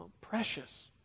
precious